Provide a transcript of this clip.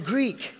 Greek